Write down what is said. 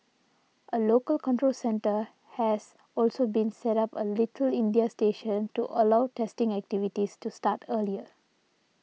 a local control centre has also been set up a Little India station to allow testing activities to start earlier